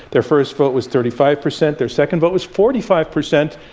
their first vote was thirty five percent, their second vote was forty five percent,